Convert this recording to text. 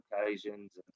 occasions